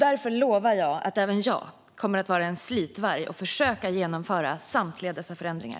Därför lovar jag att även jag kommer att vara en slitvarg och försöka genomföra samtliga dessa förändringar.